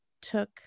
took